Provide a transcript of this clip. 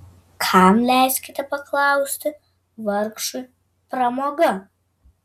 kam leiskite paklausti vargšui pramoga